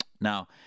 Now